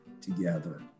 together